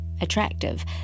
attractive